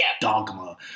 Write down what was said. dogma